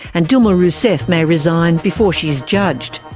and dilma rousseff may resign before she is judged.